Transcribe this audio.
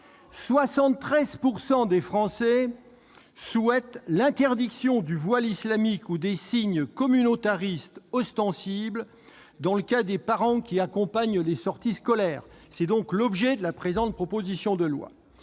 73 % des Français souhaitent l'interdiction du voile islamique ou des signes communautaristes ostensibles pour les parents qui accompagnent les sorties scolaires-c'est l'objet de la présente proposition de loi